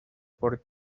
por